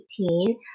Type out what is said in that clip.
2018